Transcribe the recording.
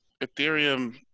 Ethereum